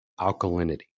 alkalinity